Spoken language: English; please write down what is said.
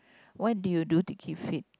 what do you do to keep fit